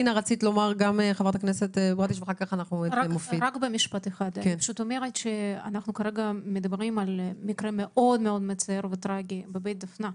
אנחנו כרגע מדברים על מקרה מאוד וטרגי בבית דפנה.